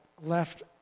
left